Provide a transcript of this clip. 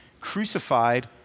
crucified